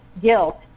guilt